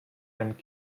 and